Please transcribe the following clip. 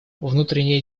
внутренние